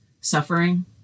suffering